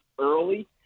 early